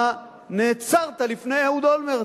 אתה נעצרת לפני אהוד אולמרט.